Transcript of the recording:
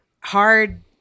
hard